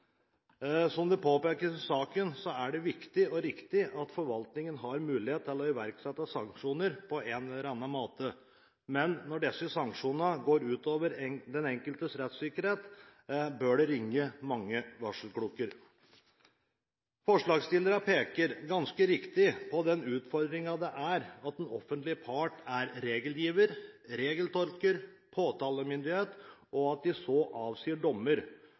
Som det påpekes i saken, er det viktig og riktig at forvaltningen har mulighet til å iverksette sanksjoner på en eller annen måte. Men når disse sanksjonene går ut over den enkeltes rettssikkerhet, bør det ringe mange varselklokker. Forslagsstillerne peker – ganske riktig – på den utfordringen det er at den offentlige part er regelgiver, regeltolker, «påtalemyndighet» og avsier dommer, og at